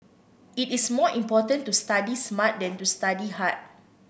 it is more important to study smart than to study hard